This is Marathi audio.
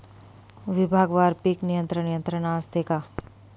विभागवार पीक नियंत्रण यंत्रणा असते का?